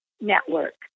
network